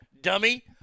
dummy